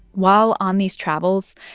while on these travels,